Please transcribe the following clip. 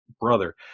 brother